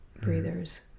breathers